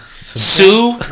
Sue